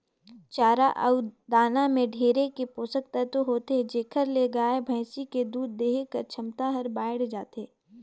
चारा अउ दाना में ढेरे के पोसक तत्व होथे जेखर ले गाय, भइसी के दूद देहे कर छमता हर बायड़ जाथे